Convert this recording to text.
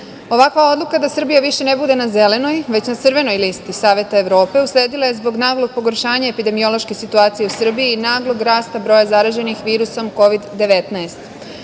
EU.Ovakva odluka da Srbija više ne bude na zelenoj već na crvenoj listi Saveta Evrope usledila je zbog naglog pogoršanja epidemiološke situacije u Srbiji i naglog rasta broja zaraženih virusom